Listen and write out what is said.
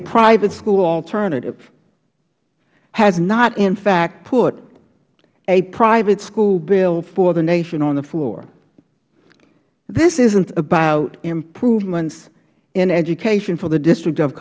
private school alternative has not in fact put a private school bill for the nation on the floor this isn't about improvements in education for the district of